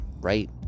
right